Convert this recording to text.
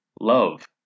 love